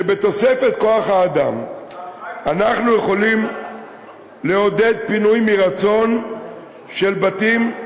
שבתוספת כוח-האדם אנחנו יכולים לעודד פינויים מרצון של בתים.